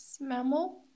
mammal